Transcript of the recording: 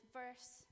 verse